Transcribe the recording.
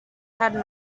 had